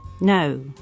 No